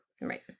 Right